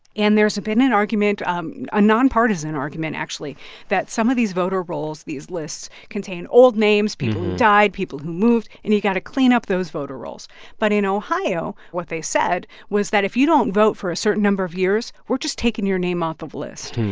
and there's been an argument um a nonpartisan argument actually that some of these voter rolls, these lists, contain old names people who died, people who moved and you've got to clean up those voter rolls but in ohio, what they said was that if you don't vote for a certain number of years, we're just taking your name off the list.